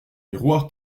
miroir